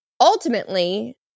ultimately